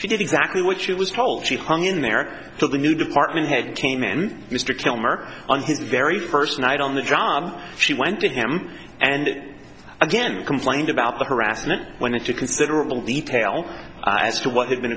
she did exactly what she was told she hung in there to the new department head team and mr kilmer on his very first night on the john she went to him and again complained about the harassment went into considerable detail as to what had been